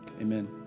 amen